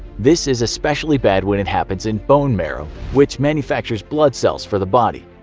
this is especially bad when it happens in bone marrow, which manufactures blood cells for the body.